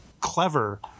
clever